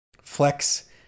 Flex